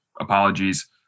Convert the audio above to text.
apologies